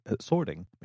sorting